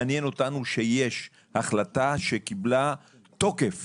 מעניין אותנו שיש החלטה שקיבלה תוקף